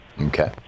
Okay